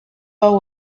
hau